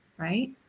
right